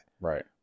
right